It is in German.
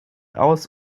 aus